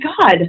God